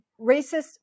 racist